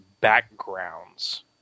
backgrounds